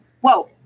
Whoa